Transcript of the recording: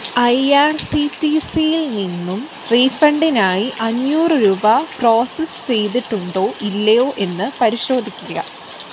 I R C T സിയിൽ നിന്നും റീഫണ്ടിനായി അഞ്ഞൂറ് രൂപ പ്രോസസ്സ് ചെയ്തിട്ടുണ്ടോ ഇല്ലയോ എന്ന് പരിശോധിക്കുക